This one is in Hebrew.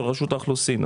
של רשות האוכלוסין.